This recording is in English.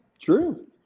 True